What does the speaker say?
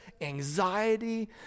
anxiety